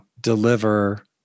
deliver